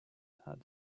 had